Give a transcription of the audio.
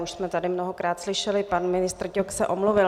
Už jsme tady mnohokrát slyšeli, pan ministr Ťok se omluvil.